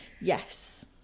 Yes